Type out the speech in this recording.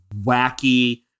wacky